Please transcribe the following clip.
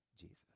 Jesus